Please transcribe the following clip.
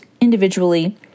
individually